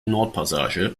nordpassage